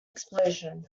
explosion